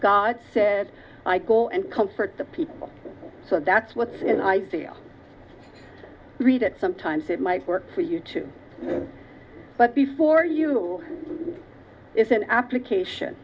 god said i go and comfort the people so that's what's in i feel i read it sometimes it might work for you too but before you go is an application